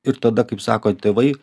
ir tada kaip sako tėvai